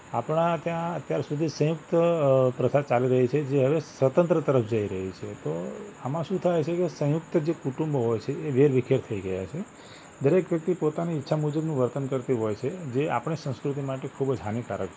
આપણે ત્યાં અત્યાર સુધી સંયુક્ત પ્રથા ચાલી રહી છે જે હવે સ્વતંત્ર તરફ જઈ રહી છે તો આમાં શું થાય છે કે જે સંયુક્ત જે કુટુંબો હોય છે એ વેર વિખેર થઇ ગયાં છે દરેક વ્યક્તિ પોતાની ઈચ્છા મુજબનું વર્તન કરતી હોય છે જે આપણે સંસ્કૃતિ માટે ખૂબ જ હાનીકારક છે